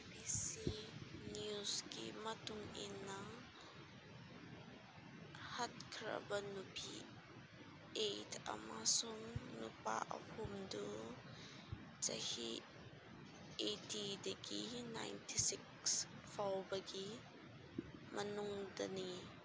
B B C ꯅ꯭ꯌꯨꯁꯀꯤ ꯃꯇꯨꯡ ꯏꯟꯅ ꯍꯥꯠꯈ꯭ꯔꯕ ꯅꯨꯄꯤ ꯑꯩꯠ ꯑꯃꯁꯨꯡ ꯅꯨꯄꯥ ꯑꯍꯨꯝꯗꯨ ꯆꯍꯤ ꯑꯩꯠꯇꯤꯗꯒꯤ ꯅꯥꯏꯟꯇꯤ ꯁꯤꯛꯁ ꯐꯥꯎꯕꯒꯤ ꯃꯅꯨꯡꯗꯅꯤ